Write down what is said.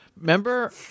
Remember